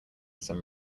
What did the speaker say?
some